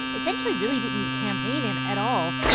essentially, really didn't campaign in at all.